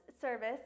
service